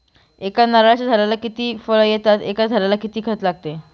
एका नारळाच्या झाडाला किती फळ येतात? एका झाडाला किती खत लागते?